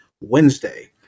Wednesday